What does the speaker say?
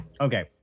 Okay